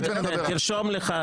תרשום לפניך,